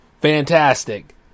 fantastic